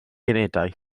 unedau